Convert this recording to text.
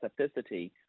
specificity